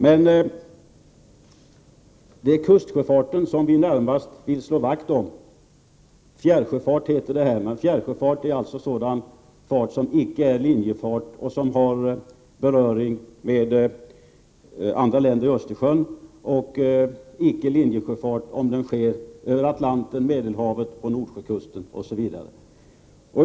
Men det har också viss tjusning, det kan jag medge. Nu är det dock kustsjöfarten i fjärrsjöfart som vi närmast vill slå vakt om.